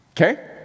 okay